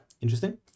interesting